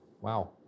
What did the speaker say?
Wow